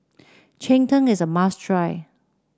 Cheng Tng is a must try